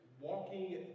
walking